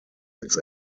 its